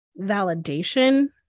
validation